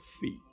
feet